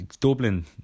Dublin